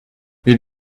will